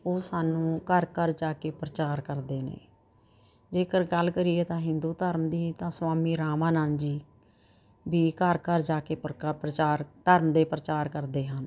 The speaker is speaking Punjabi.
ਉਹ ਸਾਨੂੰ ਘਰ ਘਰ ਜਾ ਕੇ ਪ੍ਰਚਾਰ ਕਰਦੇ ਨੇ ਜੇਕਰ ਗੱਲ ਕਰੀਏ ਤਾਂ ਹਿੰਦੂ ਧਰਮ ਦੀ ਤਾਂ ਸਵਾਮੀ ਰਾਮਾ ਨੰਦ ਜੀ ਵੀ ਘਰ ਘਰ ਜਾ ਕੇ ਪ੍ਰਕਾ ਪ੍ਰਚਾਰ ਧਰਮ ਦੇ ਪ੍ਰਚਾਰ ਕਰਦੇ ਹਨ